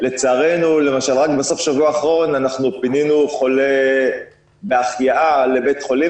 לצערנו למשל רק בשבוע האחרון פינינו חולה בהחייאה לבית החולים